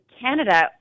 Canada